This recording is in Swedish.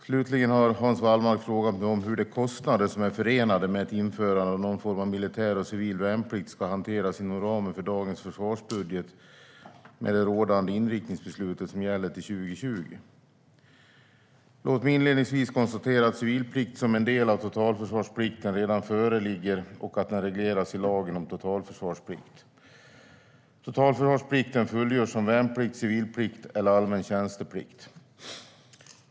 Slutligen har Hans Wallmark frågat mig hur de kostnader som är förenade med ett införande av någon form av militär och civil värnplikt ska hanteras inom ramen för dagens försvarsbudget med det rådande inriktningsbeslutet, som gäller till 2020. Låt mig inledningsvis konstatera att civilplikt som en del av totalförsvarsplikten redan föreligger och att den regleras i lagen om totalförsvarsplikt. Totalförsvarsplikten fullgörs som värnplikt, civilplikt eller allmän tjänsteplikt.